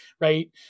right